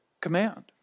command